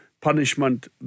punishment